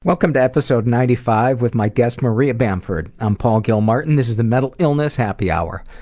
welcome to episode ninety five with my guest maria bamford! i'm paul gilmartin. this is the mental illness happy hour,